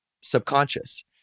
subconscious